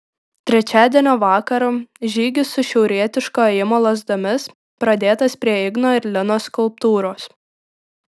trečiadienio vakarą žygis su šiaurietiško ėjimo lazdomis pradėtas prie igno ir linos skulptūros